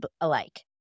alike